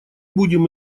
будем